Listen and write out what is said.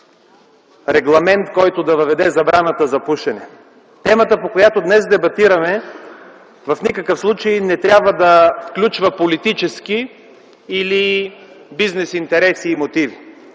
регламент, който да въведе забраната за пушене. Темата, по която днес дебатираме в никакъв случай не трябва да включва политически или бизнес интереси и мотиви.